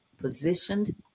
positioned